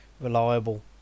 reliable